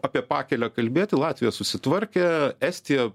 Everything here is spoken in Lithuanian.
apie pakelę kalbėti latvija susitvarkė estija